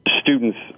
Students